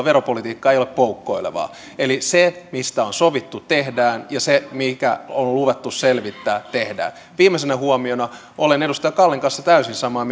veropolitiikka ei ole poukkoilevaa eli se mistä on sovittu tehdään ja se mikä on luvattu selvittää tehdään viimeisenä huomiona olen edustaja kallin kanssa täysin samaa